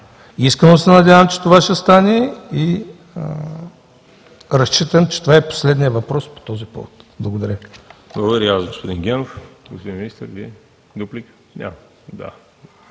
Искрено се надявам, че това ще стане. Разчитам, че това е последният въпрос по този повод. Благодаря